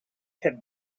had